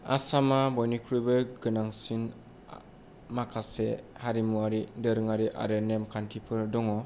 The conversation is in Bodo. आसामा बयनिख्रुइबो गोनांसिन माखासे हारिमुवारि दोरोङारि आरो नेम खान्थिफोर दङ